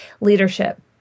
leadership